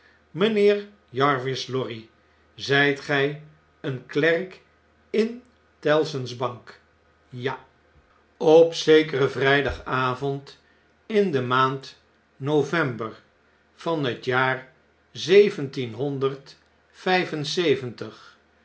mijnheer jarvis lorry zjjt gy een klerkin tellson's bank ja op zekeren vrydagavond in de maand november van het jaar